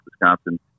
Wisconsin